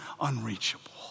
unreachable